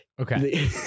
Okay